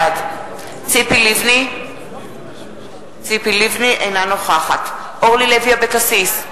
בעד ציפי לבני אינה נוכחת אורלי לוי אבקסיס,